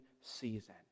season